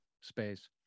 space